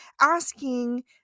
asking